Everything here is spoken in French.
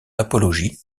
apologie